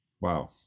wow